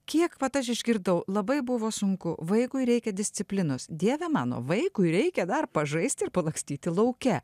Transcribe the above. kiek vat aš išgirdau labai buvo sunku vaikui reikia disciplinos dieve mano vaikui reikia dar pažaisti ir palakstyti lauke